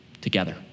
together